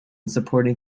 supporting